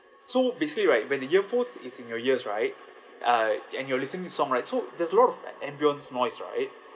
so basically right when the earphones is in your ears right uh and you're listening to song right so there's lot of a~ ambience noise right